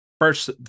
First